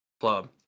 club